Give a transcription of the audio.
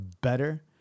better